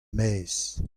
maez